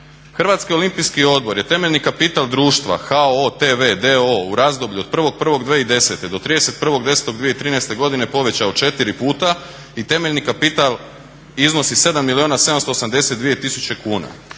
Hrvatski olimpijski odbor je temeljni kapital društva HOO TV d.o.o. u razdoblju od 1.1.2010. do 31.10.2013. godine povećao četiri puta i temeljni kapital iznosi 7 milijuna 782 tisuće kuna.